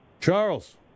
Charles